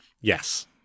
Yes